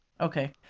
Okay